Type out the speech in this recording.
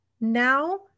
now